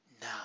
now